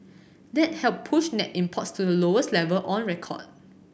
that helped push net imports to the lowest level on record